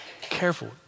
careful